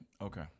Okay